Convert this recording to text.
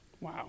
Wow